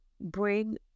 bring